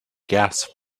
gas